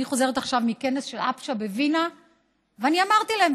אני חוזרת עכשיו מכנס של אבש"א בווינה ואני אמרתי להם: